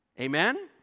Amen